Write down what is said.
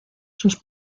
sus